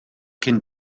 cyn